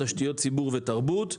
תשתיות ציבור ותרבות.